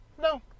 no